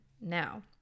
Now